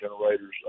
generators